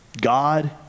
God